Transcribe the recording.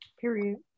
Period